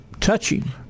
touching